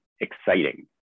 exciting